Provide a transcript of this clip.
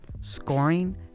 scoring